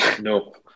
nope